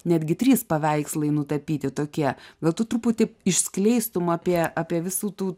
netgi trys paveikslai nutapyti tokie vat tu truputį išskleistum apie apie visų tų